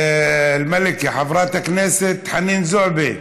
חברת הכנסת חנין זועבי,